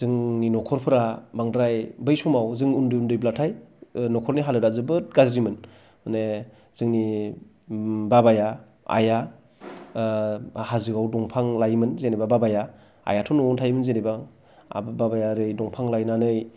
जोंनि नखरफोरा बांद्राय बै समाव जों उन्दै उन्दैब्लाथाय न'खरनि हालोदा जोबोद गाज्रिमोन माने जोंनि बाबाया आइया हाजोआव दंफां लायोमोन जेनेबा बाबाया आइयाथ' न'आवनो थायोमोन जेनेबा बाबाया ओरै दंफां लायनानै